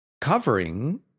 covering